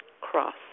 cross